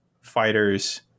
fighters